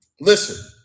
Listen